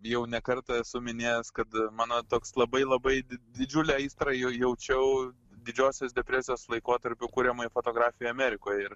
jau ne kartą esu minėjęs kad mano toks labai labai didžiulę aistrą jaučiau didžiosios depresijos laikotarpiu kuriamai fotografijai amerikoj ir